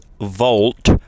Volt